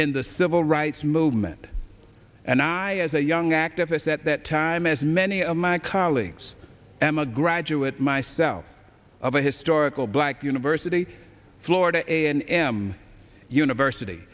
in the civil rights movement and i as a young activist at that time as many of my colleagues am a graduate myself of a historical black university florida a and m university